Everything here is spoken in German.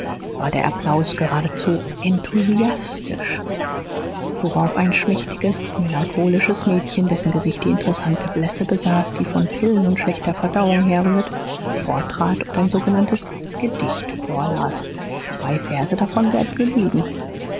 war der applaus geradezu enthusiastisch worauf ein schmächtiges melancholisches mädchen dessen gesicht die interessante blässe besaß die von pillen und schlechter verdauung herrührt vortrat und ein sogenanntes gedicht vorlas zwei verse davon werden genügen